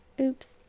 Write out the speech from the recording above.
oops